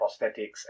prosthetics